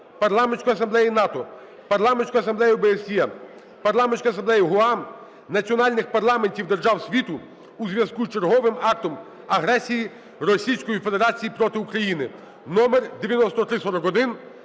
Парламентської Асамблеї НАТО, Парламентської Асамблеї ОБСЄ, Парламентської Асамблеї ГУАМ, національних парламентів держав світу у зв'язку з черговим актом агресії Російської Федерації проти України" (№ 9341)